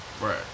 Right